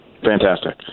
Fantastic